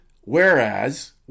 whereas